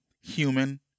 human